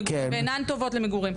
ואינן טובות למגורים,